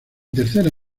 tercera